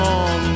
on